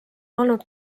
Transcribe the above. olnud